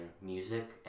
music